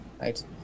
right